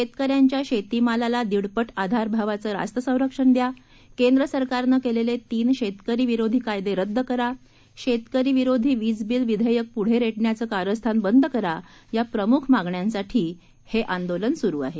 शेतकऱ्यांच्या शेतीमालाला दीडपट आधारभावाचं रास्त संरक्षण द्या केंद्र सरकारनं केलेले तीन शेतकरी विरोधी कायदे रद्द करा शेतकरी विरोधी वीजबिल विधेयक पुढे रेटण्याचं कारस्थान बंद करा या प्रमुख मागण्यांसाठी हे आंदोलन सुरु आहे